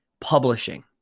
publishing